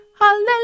Hallelujah